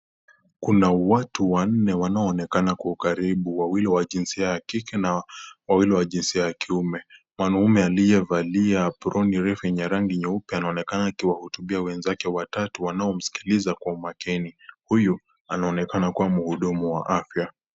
Kuna watu wanne wanaoonekana kwa karibu. Wawili wakiwa wa jinsia ya kike na wawili wa jinsia ya kiume. Mwanaume aliyevalia refu ya rangi nyeupe anaonekana akiwahutubia wenzake watatu wanao msikiliza kwa umakini. Huyu anaonekana kuwa mhudumu wa afya.